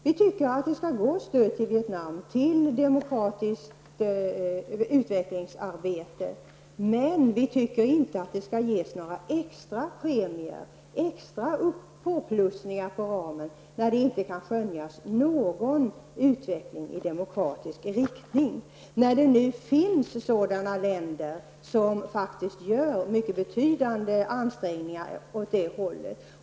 Vi tycker att det skall gå stöd till Vietnam, till demokratiskt utvecklingsarbete, men vi tycker inte att det skall ges några extra premier, extra påplusningar på ramen, när det inte kan skönjas någon utveckling i demokratisk riktning. Det finns ju nu länder som gör mycket betydande ansträngningar i den vägen.